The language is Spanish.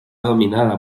dominada